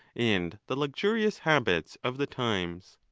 and the luxurious habits of the times.